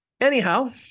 Anyhow